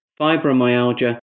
fibromyalgia